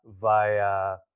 via